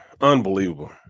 Unbelievable